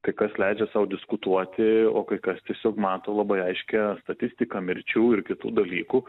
kai kas leidžia sau diskutuoti o kai kas tiesiog mato labai aiškią statistiką mirčių ir kitų dalykų